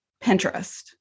Pinterest